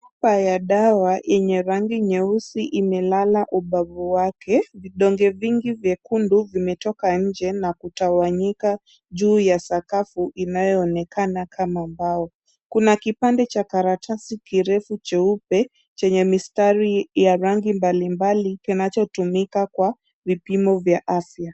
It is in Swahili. Chupa ya dawa yenye rangi nyeusi imelala ubavu wake. Vidonge vingi vyekundu vimetoka nje na kutawanyika juu ya sakafu inayoonekana kama mbao. Kuna kipande cha karatasi kirefu cheupe chenye mistari ya rangi mbalimbali kinachotumika kwa vipimo vya afya.